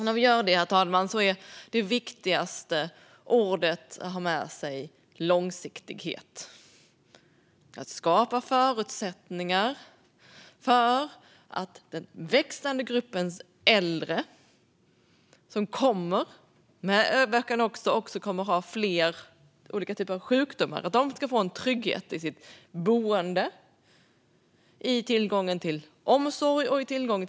När vi gör det, herr talman, är det viktigaste ordet långsiktighet för att skapa förutsättningar för den växande gruppen äldre, som också kommer att ha fler olika typer av sjukdomar, att få en trygghet i sitt boende och i tillgången till omsorg och vård.